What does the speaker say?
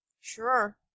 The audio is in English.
Sure